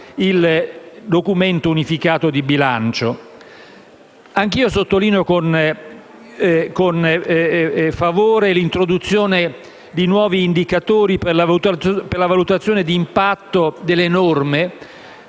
il documento unificato di bilancio. Anche io sottolineo con favore l'introduzione di nuovi indicatori per la valutazione di impatto delle norme,